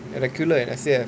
a regular in S_A_F